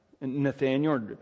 Nathaniel